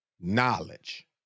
knowledge